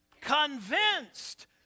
Convinced